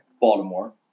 Baltimore